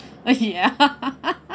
okay ya